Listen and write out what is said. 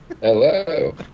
Hello